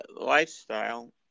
lifestyle